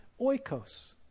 oikos